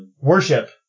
worship